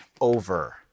over